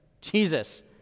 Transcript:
Jesus